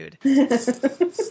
dude